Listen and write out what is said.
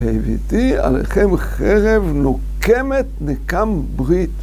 והבאתי, עליכם חרב נוקמת, נקם ברית.